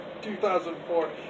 2004